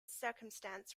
circumstance